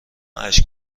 اشک